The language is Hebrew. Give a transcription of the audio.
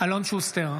אלון שוסטר,